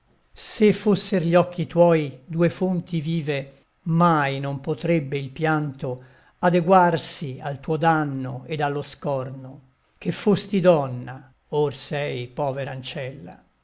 se fosser gli occhi tuoi due fonti vive mai non potrebbe il pianto adeguarsi al tuo danno ed allo scorno che fosti donna or sei povera ancella